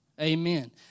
Amen